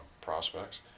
prospects